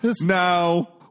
No